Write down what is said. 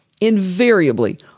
Invariably